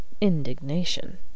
indignation